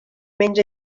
menja